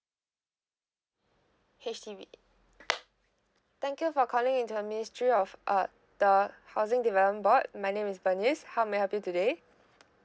H_D_B thank you for calling the ministry of uh the housing development board my name is bernice how may I help you today